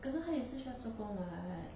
可是她也需要作工 [what]